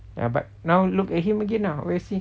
ya but now look at him again ah where is he